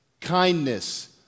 kindness